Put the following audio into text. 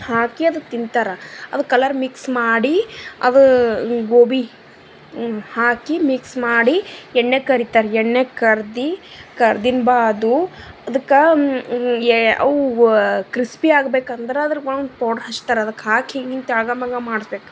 ಹಾಕಿ ಅದು ತಿಂತಾರ ಅದು ಕಲರ್ ಮಿಕ್ಸ್ ಮಾಡಿ ಅದು ಗೋಬಿ ಹಾಕಿ ಮಿಕ್ಸ್ ಮಾಡಿ ಎಣ್ಯಾಗೆ ಕರಿತಾರೆ ಎಣ್ಯಾಗೆ ಕರ್ದು ಕರ್ದಿನ ಬಾದು ಅದಕ್ಕ ಏ ಅವು ಕ್ರಿಸ್ಪಿ ಆಗ್ಬೇಕಂದ್ರೆ ಅದ್ರಾಗೊಂದು ಪೌಡ್ರ್ ಹಚ್ತಾರೆ ಅದಕ್ಕೆ ಹಾಕಿ ಹಿಂಗೆ ಹಿಂಗೆ ತೆಳ್ಳಗ ಮ್ಯಾಗ ಮಾಡಿಸ್ಬೇಕ್